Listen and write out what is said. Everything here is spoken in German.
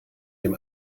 dem